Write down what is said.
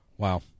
Wow